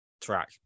track